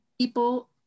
people